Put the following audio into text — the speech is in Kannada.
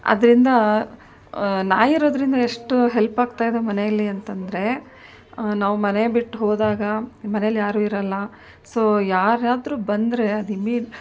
ಅದರಿಂದ ನಾಯಿ ಇರೋದರಿಂದ ಎಷ್ಟೋ ಹೆಲ್ಪಾಗ್ತಾಯಿದೆ ಮನೆಯಲ್ಲಿ ಅಂತಂದರೆ ನಾವು ಮನೆ ಬಿಟ್ಟು ಹೋದಾಗ ಮನೇಲಿ ಯಾರೂ ಇರೋಲ್ಲ ಸೊ ಯಾರಾದರೂ ಬಂದರೆ ಅದದು ಇಮ್ಮಿ